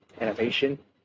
Animation